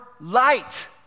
light